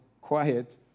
quiet